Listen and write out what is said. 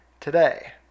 today